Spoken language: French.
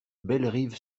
bellerive